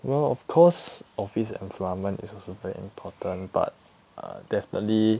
well of course office environment is also very important but err definitely